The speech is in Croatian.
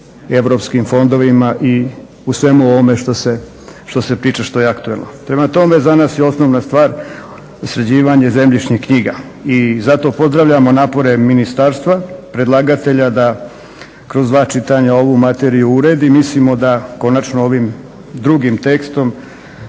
europskim fondovima i o svemu ovome što se priča što je aktualno. Prema tome za nas je osnovna stvar sređivanje zemljišnih knjiga i zato pozdravljamo napore ministarstva predlagatelja da kroz dva čitanja ovu materiju uredi. Mislimo da konačno ovim drugim tekstom